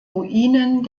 ruinen